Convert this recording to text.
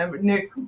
Nick